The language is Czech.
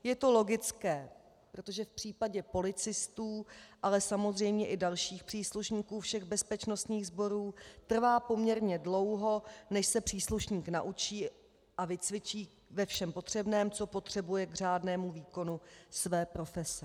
Je to logické, protože v případě policistů, ale samozřejmě i dalších příslušníků všech bezpečnostních sborů trvá poměrně dlouho, než se příslušník naučí a vycvičí ve všem potřebném, co potřebuje k řádnému výkonu své profese.